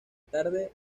tarde